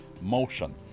motion